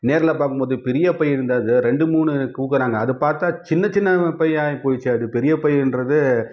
நேரில் பார்க்கும்போது பெரிய பை இருந்தது ரெண்டு மூணு கொடுக்குறாங்க அது பார்த்தா சின்ன சின்ன பையாக ஆகி போயிடுச்சு அது பெரிய பையின்றது